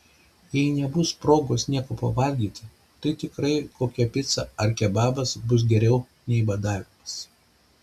jei nebus progos nieko pavalgyti tai tikrai kokia pica ar kebabas bus geriau nei badavimas